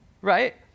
right